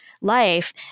life